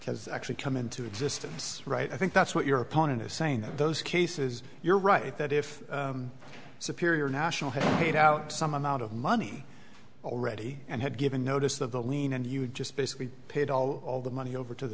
has actually come into existence right i think that's what your opponent is saying that those cases you're right that if superior national had paid out some amount of money already and had given notice of the lien and you just basically paid all all the money over to the